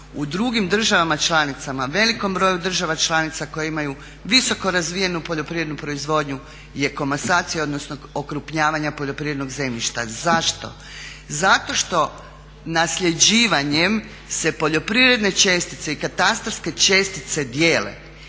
u drugim državama članicama velikom broju država članica koje imaju visoko razvijenu poljoprivrednu proizvodnju je komasacija, odnosno okrupnjavanje poljoprivrednog zemljišta. Zašto? Zato što nasljeđivanjem se poljoprivredne čestice i katastarske čestice dijele